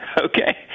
Okay